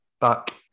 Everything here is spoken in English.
back